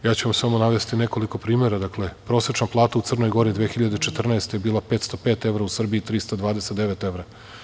Ja ću vam samo navesti nekoliko primera, prosečna plata u Crnoj Gori 2014. godine je bila 505 evra, a u Srbiji 329 evra.